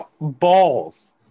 balls